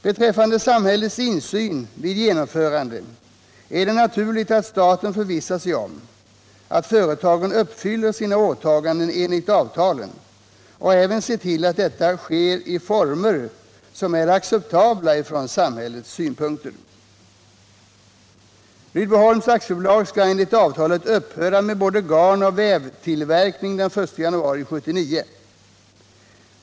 Beträffande samhällets insyn vid genomförandet är det naturligt att staten förvissar sig om att 137 företagen uppfyller sina åtaganden enligt avtalen och även ser till att detta sker i former som är acceptabla från samhällets synpunkter. Rydboholms AB skall enligt avtalet upphöra med både garnoch vävtillverkning den 1 januari 1979.